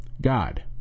God